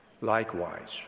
Likewise